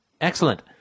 Excellent